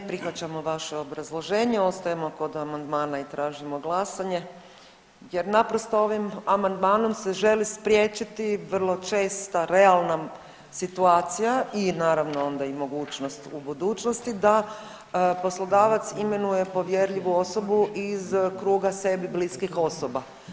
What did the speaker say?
Ne prihvaćamo vaše obrazloženje, ostajemo kod amandmana i tražimo glasanje jer naprosto ovim amandmanom se želi spriječiti vrlo česta realna situacija i naravno onda i mogućnost u budućnosti da poslodavac imenuje povjerljivu osobu iz kruga sebi bliskih osoba.